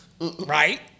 right